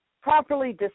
properly